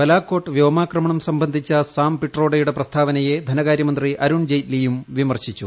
ബലാക്കോട്ട് വ്യോമാക്രമണം സംബന്ധിച്ച സാം പിട്രോഡയുടെ പ്രസ്താവനയെ ധനകാര്യമന്ത്രി അരുൺ ജെയ്റ്റ്ലിയും വിമർശിച്ചു